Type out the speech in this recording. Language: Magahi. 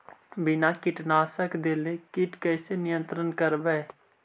बिना कीटनाशक देले किट कैसे नियंत्रन करबै?